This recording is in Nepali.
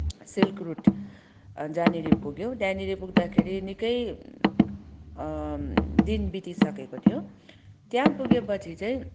सिल्क रुट जहाँनिर पुग्यौँ त्यहाँनिर पुग्दा निकै दिन बितिसकेको थियो त्यहाँ पुगे पछि चाहिँ